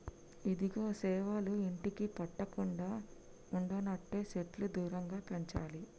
ఇదిగో సేవలు ఇంటికి పట్టకుండా ఉండనంటే సెట్లు దూరంగా పెంచాలి